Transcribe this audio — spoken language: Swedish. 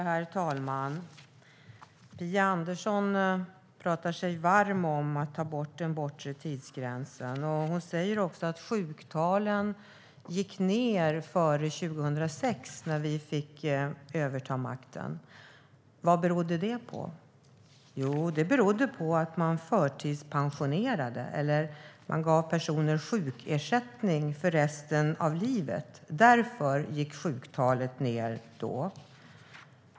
Herr talman! Phia Andersson talar sig varm för borttagandet av den bortre tidsgränsen. Hon säger också att sjuktalen gick ned före 2006, då vi fick överta makten. Vad berodde det på? Jo, det berodde på att man förtidspensionerade eller gav personer sjukersättning för resten av livet. Därför gick sjuktalen ned då.